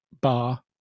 bar